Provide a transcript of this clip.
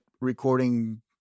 recording